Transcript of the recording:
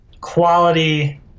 quality